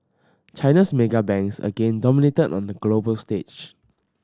China's mega banks again dominated on the global stage